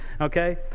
okay